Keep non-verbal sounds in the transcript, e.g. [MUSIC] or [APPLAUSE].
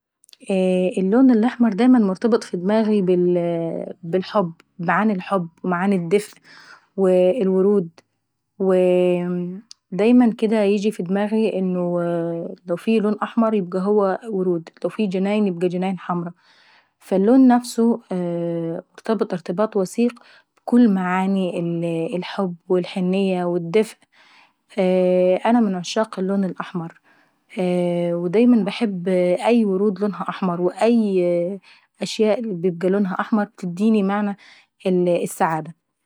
[HESITATION] اللون الاحمر دايما بيتربط ف ضماغي بالحب وعن الدفء والورود. ودايما كديه ييجي في ضماغي انه لو في لون احمر يبقى جنياين حمرا، ، فاللون نفسه مرتبط ارتباط وثيق بكل معاني الحب والحنية والدفء انا من عشاق اللون الأحمر، ودايما باحب أي ورود لونها احمر واي اشياء لونها أحمر بتيديني معنى السعادة.